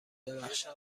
بخشد